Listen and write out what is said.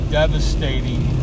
devastating